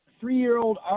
three-year-old